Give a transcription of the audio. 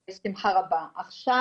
עכשיו,